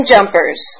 Jumpers